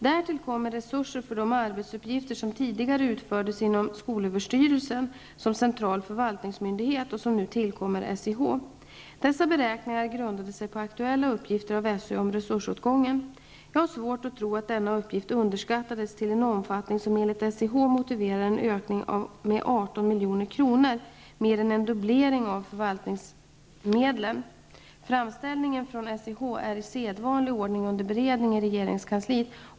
Därtill kommer resurser för de arbetsuppgifter som tidigare utfördes inom skolöverstyrelsen som central förvaltningsmyndighet och som nu tillkommer SIH. Dessa beräkningar grundade sig på aktuella uppgifter av SÖ om resursåtgången. Jag har svårt att tro att denna uppgift underskattades till en omfattning som enligt SIH motiverar en ökning med 18 milj.kr., mer än en dubblering av förvaltningsmedlen. Framställningen från SIH är i sedvanlig ordning under beredning i regeringskansliet.